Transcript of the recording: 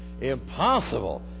Impossible